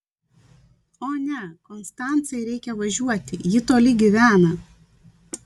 o ne konstancai reikia važiuoti ji toli gyvena